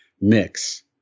mix